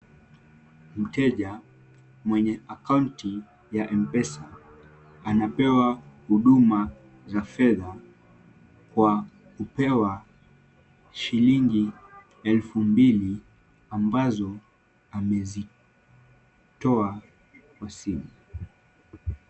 Mteja mwenye akaunti ya M-Pesa anapewa huduma za fedha kwa kupewa shilingi elfu mbili ambazo amezitoa kwa simu.